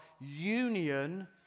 union